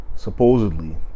Supposedly